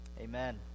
amen